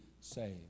saved